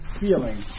feeling